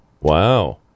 Wow